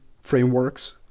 frameworks